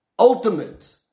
ultimate